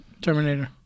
Terminator